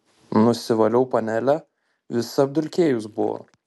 nusivaliau panelę visa apdulkėjus buvo